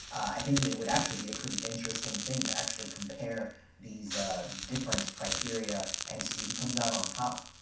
i think it would actually be a pretty interesting thing to actually compare these different criteria and see who comes out on top.